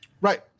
Right